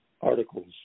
articles